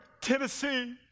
Tennessee